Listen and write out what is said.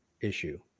issue